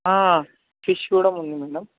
fish కూడా ఉంది madam